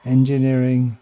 Engineering